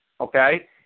Okay